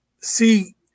See